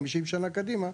50 שנה קדימה,